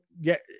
get